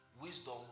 wisdom